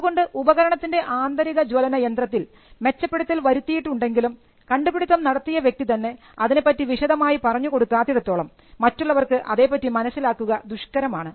അതുകൊണ്ട് ഉപകരണത്തിൻറെ ആന്തരിക ജ്വലന യന്ത്രത്തിൽ മെച്ചപ്പെടുത്തൽ വരുത്തിയിട്ടുണ്ടെങ്കിലും കണ്ടുപിടുത്തം നടത്തിയ വ്യക്തി തന്നെ അതിനെ പറ്റി വിശദമായി പറഞ്ഞു കൊടുക്കാത്തിടത്തോളം മറ്റുള്ളവർക്ക് അതേപ്പറ്റി മനസ്സിലാക്കുക ദുഷ്കരമാണ്